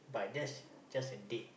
but that's just a date